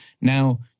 now